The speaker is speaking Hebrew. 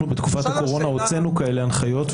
אנחנו בתקופת הקורונה הוצאנו הנחיות כאלה,